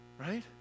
Right